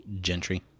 Gentry